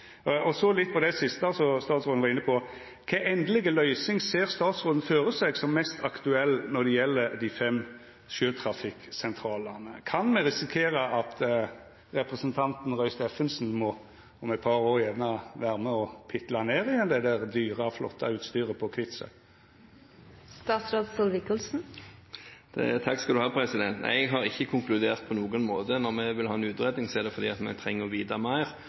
enno. Så litt til det siste som statsråden var inne på: Kva for endeleg løysing ser statsråden føre seg som mest aktuell når det gjeld dei fem sjøtrafikksentralane? Kan me risikera at representanten Roy Steffensen om eit par år gjerne må vera med og pitla ned igjen det dyre, flotte utstyret på Kvitsøy? Jeg har ikke konkludert på noen måte. Når vi vil ha en utredning, er det fordi